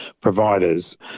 providers